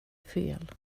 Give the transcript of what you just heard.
fel